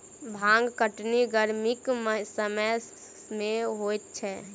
भांग कटनी गरमीक समय मे होइत छै